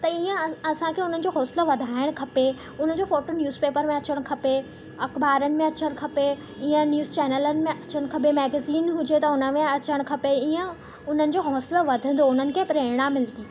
त इअं असांखे हुनजो हौसलो वधाइणु खपे हुनजो फोटो न्यूज़ पेपर में अचणु खपे अख़बारनि में अचणु खपे इअं न्यूज़ चैनलनि में अचणु खपे मैगज़ीन हुजे त हुन में अचणु खपे इअं उन्हनि जो हौसलो वधंदो उन्हनि खे प्रेरणा मिलंदी